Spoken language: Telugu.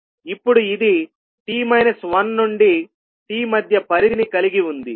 ఇప్పుడు ఇది t 1 నుండి t మధ్య పరిధిని కలిగి ఉంది